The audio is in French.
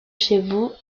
chevaux